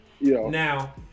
Now